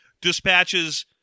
dispatches